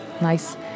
nice